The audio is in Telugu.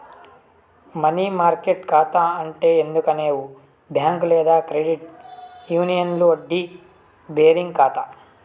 మనీ మార్కెట్ కాతా అంటే ఏందనుకునేవు బ్యాంక్ లేదా క్రెడిట్ యూనియన్ల వడ్డీ బేరింగ్ కాతా